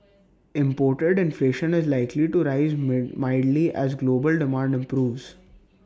imported inflation is likely to rise mildly as global demand improves